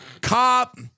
cop